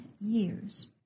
years